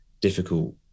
difficult